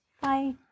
Bye